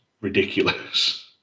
ridiculous